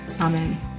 Amen